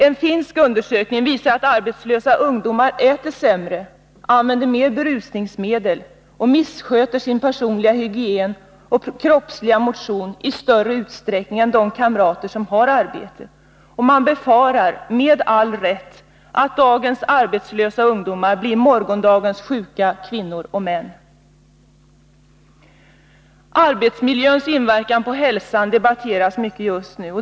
En finsk undersökning visar att arbetslösa ungdomar äter sämre, använder mer berusningsmedel och missköter sin personliga hygien och kroppsliga motion i större utsträckning än de kamrater som har arbete, och man befarar — med all rätt — att dagens arbetslösa ungdomar blir morgondagens sjuka kvinnor och män. Arbetsmiljöns inverkan på hälsan debatteras mycket just nu.